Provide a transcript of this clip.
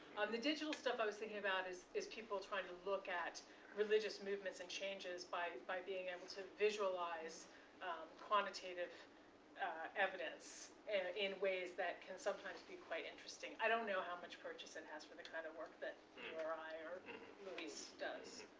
the digital stuff i was thinking about is is people trying to look at religious movements and changes by by being able to visualize quantitative evidence and in ways that can sometimes be quite interesting. i don't know how much purchase it has for the kind of work that and your or i or luis does.